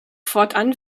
fortan